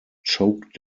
choke